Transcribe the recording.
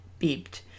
beeped